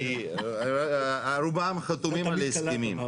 רובם חתומים על הסכמים.